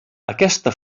aquesta